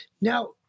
now